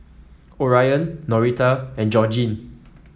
Orion Norita and Georgine